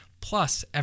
Plus